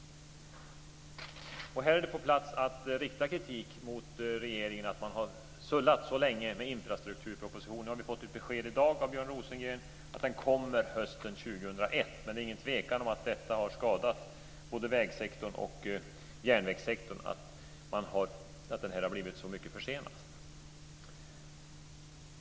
Här är det på sin plats att rikta kritik mot regeringen för att man har sölat så länge med infrastrukturpropositionen. Nu har vi fått ett besked i dag av Björn Rosengren om att den kommer hösten 2001. Men det är ingen tvekan om att det har skadat både vägsektorn och järnvägssektorn att den har blivit så mycket försenad.